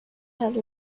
had